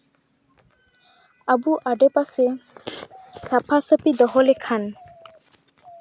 ᱟᱵᱚ ᱟᱰᱮ ᱯᱟᱥᱮ ᱥᱟᱯᱷᱟ ᱥᱟᱹᱯᱷᱤ ᱫᱚᱦᱚ ᱞᱮᱠᱷᱟᱱ